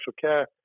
care